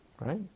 right